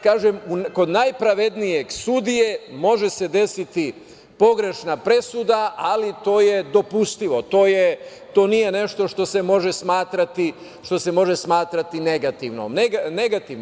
Kažem, i kod najpravednijeg sudije može se desiti pogrešna presuda, ali to je dopustivo, to nije nešto što se može smatrati negativnim.